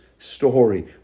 story